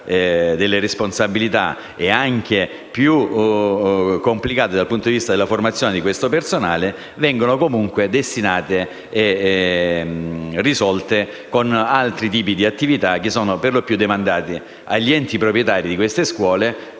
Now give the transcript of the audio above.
delle responsabilità, nonché più complicate dal punto di vista della formazione di questo personale, vengono risolte con altri tipi di attività, per lo più demandate agli enti proprietari di queste scuole